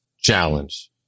challenge